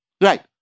Right